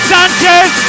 Sanchez